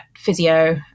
physio